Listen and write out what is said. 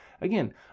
again